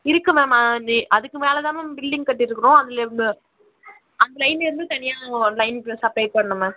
இருக்குது மேம் அந்த அதுக்கு மேல தான் மேம் பில்டிங் கட்டிருக்கிறோம் அதில் எவ்வளோ அந்த லைன் வந்து தனியாக ஒரு லைன் சப்ளே பண்ணணும் மேம்